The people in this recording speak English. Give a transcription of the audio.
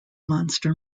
monster